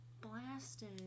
blasted